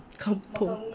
kampung